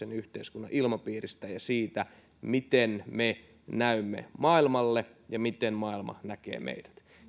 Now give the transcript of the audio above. yhteiskunnan ilmapiiristä ja siitä miten me näymme maailmalle ja miten maailma näkee meidät